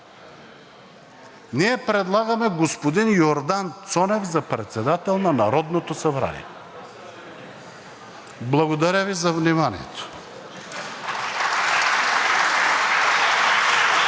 – предлагаме господин Йордан Цонев за председател на Народното събрание. Благодаря Ви за вниманието.